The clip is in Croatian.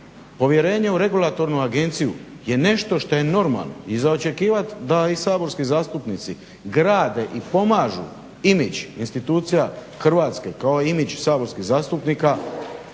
povjerenje u regulatornu agenciju je nešto što je normalno i za očekivati da i saborski zastupnici grade i pomažu imidž institucija Hrvatske kao i imidž saborskih zastupnika